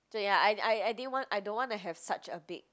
so ya I I didn't want I don't want to have such a big